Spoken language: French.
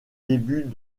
débuts